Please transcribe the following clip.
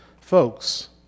folks